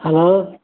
hello